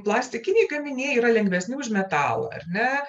plastikiniai gaminiai yra lengvesni už metalą ar ne